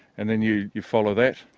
and then you you follow that.